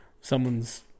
someone's